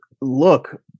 Look